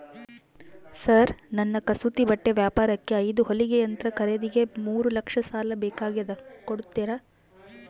Sir ನನ್ನ ಕಸೂತಿ ಬಟ್ಟೆ ವ್ಯಾಪಾರಕ್ಕೆ ಐದು ಹೊಲಿಗೆ ಯಂತ್ರ ಖರೇದಿಗೆ ಮೂರು ಲಕ್ಷ ಸಾಲ ಬೇಕಾಗ್ಯದ ಕೊಡುತ್ತೇರಾ?